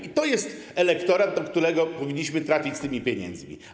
I to jest elektorat, do którego powinniśmy trafić z tymi pieniędzmi.